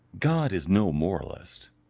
god is no moralist,